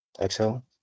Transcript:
exhale